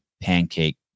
pancake